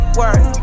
work